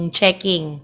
checking